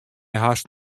hast